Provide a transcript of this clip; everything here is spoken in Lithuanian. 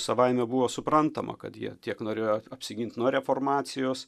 savaime buvo suprantama kad jie tiek norėjo apsigint nuo reformacijos